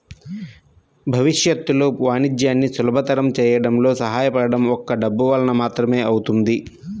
భవిష్యత్తులో వాణిజ్యాన్ని సులభతరం చేయడంలో సహాయపడటం ఒక్క డబ్బు వలన మాత్రమే అవుతుంది